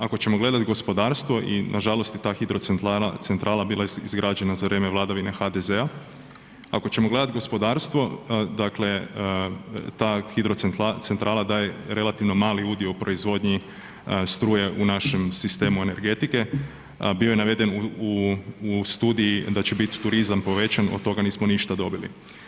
Ako ćemo gledat gospodarstvo i nažalost i ta hidrocentrala bila je izgrađena za vrijeme vladavine HDZ-a, ako ćemo gledat gospodarstvo, dakle ta hidrocentrala daje relativno mali udio u proizvodnji struje u našem sistemu energetike, bio je naveden u, u studiji da će bit turizam povećan, od toga nismo ništa dobili.